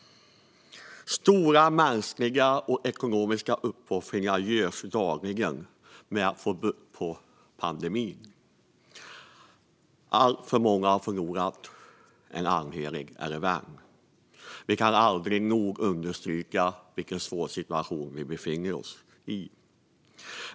Stora mänskliga och ekonomiska uppoffringar görs dagligen för att få bukt med smittspridningen. Alltför många har förlorat en anhörig eller vän. Vi kan aldrig nog understryka vilken svår situation vi befinner oss i.